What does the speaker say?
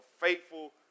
faithful